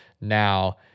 Now